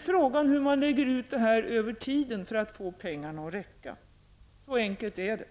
Frågan är sedan hur man lägger ut det här över tiden för att få pengarna att räcka. Så enkelt är det.